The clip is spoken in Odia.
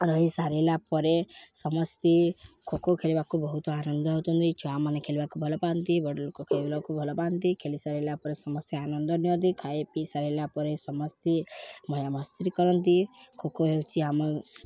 ରହି ସାରିଲା ପରେ ସମସ୍ତେ ଖୋକୋ ଖେଳିବାକୁ ବହୁତ ଆନନ୍ଦ ହଉନ୍ତି ଛୁଆମାନେ ଖେିବାକୁ ଭଲ ପାଆନ୍ତି ବଡ଼ ଲୋକକୁ ଭଲ ପାଆନ୍ତି ଖେଲି ସାରିଲା ପରେ ସମସ୍ତେ ଆନନ୍ଦ ନିଅନ୍ତି ଖାଇ ପିଇ ସାରିଲା ପରେ ସମସ୍ତେ ମଜାମସ୍ତି କରନ୍ତି ଖୋକୋ ହେଉଛି ଆମ